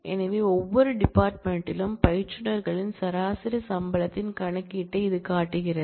எனவே ஒவ்வொரு டிபார்ட்மென்ட் யிலும் பயிற்றுனர்களின் சராசரி சம்பளத்தின் கணக்கீட்டை இது காட்டுகிறது